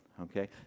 okay